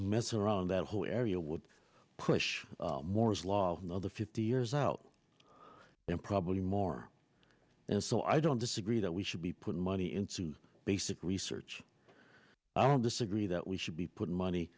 messing around that whole area would push moore's law another fifty years out then probably more and so i don't disagree that we should be putting money into basic research i don't disagree that we should be putting money